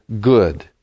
good